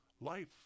life